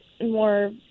more